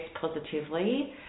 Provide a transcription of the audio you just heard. positively